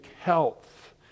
health